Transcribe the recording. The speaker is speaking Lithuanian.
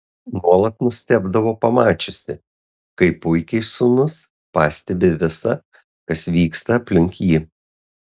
nuolat nustebdavo pamačiusi kaip puikiai sūnus pastebi visa kas vyksta aplink jį